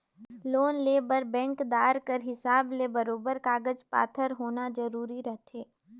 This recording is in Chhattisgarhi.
लोन लेय बर बेंकदार कर हिसाब ले बरोबेर कागज पाथर होना जरूरी रहथे